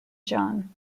john